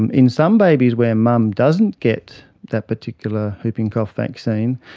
and in some babies where mum doesn't get that particular whooping cough vaccine,